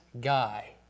guy